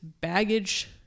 baggage